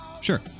Sure